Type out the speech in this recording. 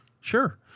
Sure